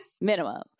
Minimum